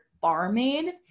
barmaid